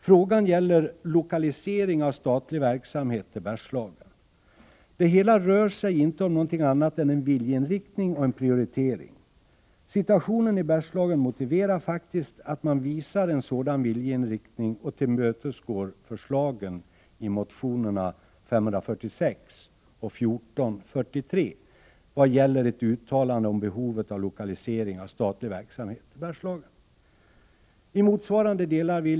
Frågan gäller lokalisering av statlig verksamhet till Bergslagen. Det hela rör sig inte om någonting annat än en viljeinriktning och en prioritering. Situationen i Bergslagen motiverar faktiskt att man visar en sådan viljeinriktning och tillmötesgår förslagen i motionerna 546 och 1443 i vad gäller ett uttalande om behovet av lokalisering av statlig verksamhet till Bergslagen.